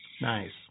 Nice